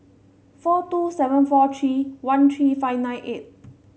four two seven four three one three five nine eight